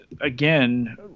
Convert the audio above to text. again